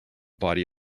body